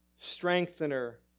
Strengthener